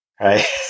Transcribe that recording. Right